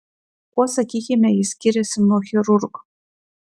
kuo sakykime jis skiriasi nuo chirurgo